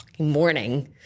morning